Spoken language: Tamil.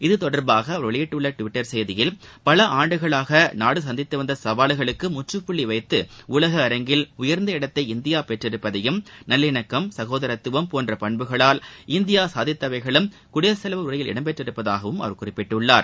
இது தொடர்பாக அவர் வெளியிட்டுள்ள டுவிட்டர் செய்தியில் பல ஆண்டுகளாக நாடு சந்தித்து வந்த சவால்களுக்கு முற்றுப்புள்ளி வைத்து உலக அரங்கில் உயர்ந்த இடத்தை இந்தியா பெற்றிருப்பதையும் நல்லிணக்கம் சகோதரத்துவம் போன்ற பண்புகளால் இந்தியா சாதித்தவைகளும் குடியரசுத் தலைவர் உரையில் இடம்பெற்றுள்ளதாகவும் குறிப்பிட்டுள்ளார்